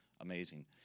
amazing